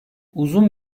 uzun